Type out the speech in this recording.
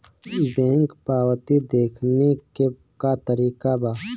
Bank पवती देखने के का तरीका बा?